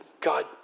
God